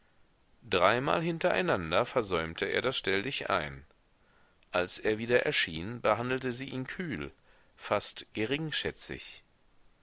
dreimal hintereinander versäumte er das stelldichein als er wieder erschien behandelte sie ihn kühl fast